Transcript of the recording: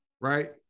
right